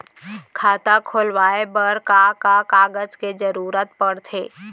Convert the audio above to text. खाता खोलवाये बर का का कागज के जरूरत पड़थे?